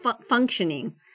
functioning